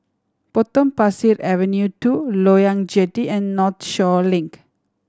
Potong Pasir Avenue Two Loyang Jetty and Northshore Link